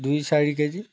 দুই চাৰি কেজি